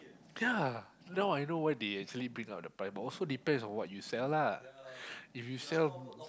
ya now I know why they actually bring up the price but also depends on what you sell lah if you sell